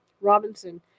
Robinson